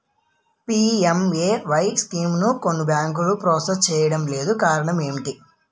PMAY స్కీమును కొన్ని బ్యాంకులు ప్రాసెస్ చేయడం లేదు కారణం ఏమిటి?